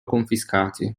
confiscati